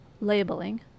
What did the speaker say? labeling